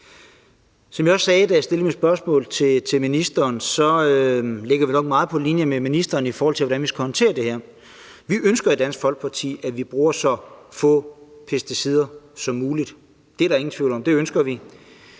Som jeg også sagde, da jeg stillede mit spørgsmål til ministeren, ligger vi nok meget på linje med ministeren i forhold til, hvordan vi skal håndtere det her. Vi ønsker i Dansk Folkeparti, at vi bruger så få pesticider som muligt – det er der ingen tvivl om, det ønsker vi